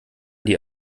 die